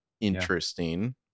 Interesting